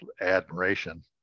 admiration